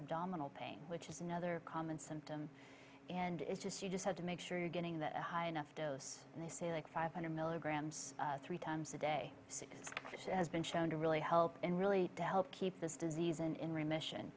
abdominal pain which is another common symptom and it's just you just have to make sure you're getting that high enough dose and they say that five hundred milligrams three times a day six which has been shown to really help and really help keep this disease and in remission